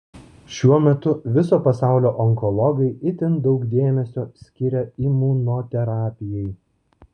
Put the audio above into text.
šiuo metu viso pasaulio onkologai itin daug dėmesio skiria imunoterapijai